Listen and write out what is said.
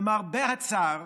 למרבה הצער,